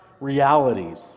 realities